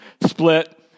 split